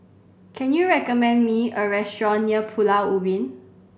can you recommend me a restaurant near Pulau Ubin